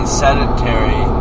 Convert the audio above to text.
sedentary